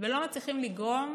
ולא מצליחים לגרום